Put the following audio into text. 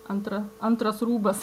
antra antras rūbas